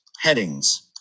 headings